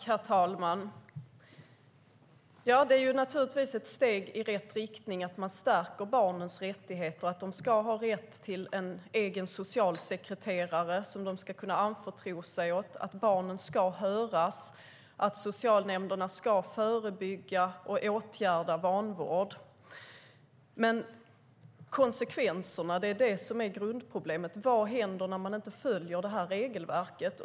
Herr talman! Det är naturligtvis ett steg i rätt riktning att man stärker barnens rättigheter. De ska ha rätt till en egen socialsekreterare som de ska kunna anförtro sig åt. Barnen ska höras, och socialnämnderna ska förebygga och åtgärda vanvård. Grundproblemet är dock konsekvenserna. Vad händer när regelverket inte följs?